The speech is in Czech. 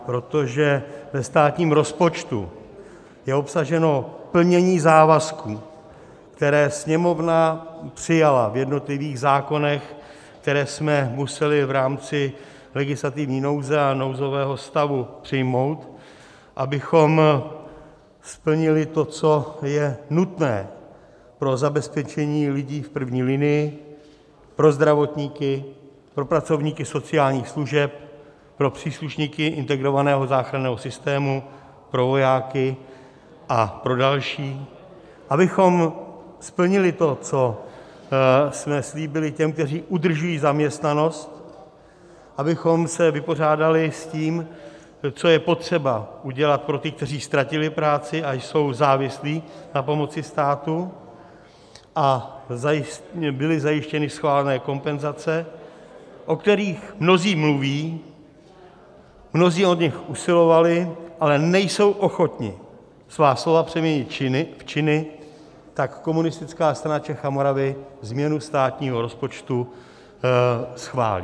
Protože ve státním rozpočtu je obsaženo plnění závazků, které Sněmovna přijala v jednotlivých zákonech, které jsme museli v rámci legislativní nouze a nouzového stavu přijmout, abychom splnili to, co je nutné pro zabezpečení lidí v první linii, pro zdravotníky, pro pracovníky sociálních služeb, pro příslušníky integrovaného záchranného systému, pro vojáky a pro další, abychom splnili to, co jsme slíbili těm, kteří udržují zaměstnanost, abychom se vypořádali s tím, co je potřeba udělat pro ty, kteří ztratili práci a jsou závislí na pomoci státu a byly zajištěny schválené kompenzace, o kterých mnozí mluví, mnozí o ně usilovali, ale nejsou ochotni svá slova přeměnit v činy, tak Komunistická strana Čech a Moravy změnu státního rozpočtu schválí.